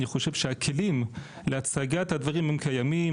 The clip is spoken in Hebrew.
אני חושב שהכלים להצגת הדברים קיימים,